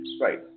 right